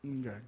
Okay